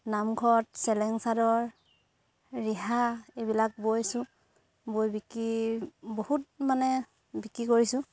নামঘৰত চেলেং চাদৰ ৰিহা এইবিলাক বৈছোঁ বৈ বিকি বহুত মানে বিক্ৰী কৰিছোঁ